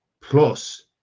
plus